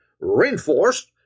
reinforced